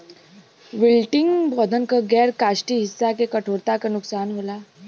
wilting पौधन क गैर काष्ठीय हिस्सा के कठोरता क नुकसान होला